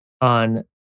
on